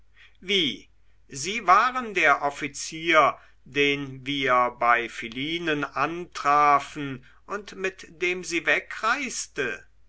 wie sie waren der offizier den wir bei philinen antrafen und mit dem sie wegreiste